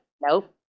Nope